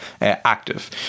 active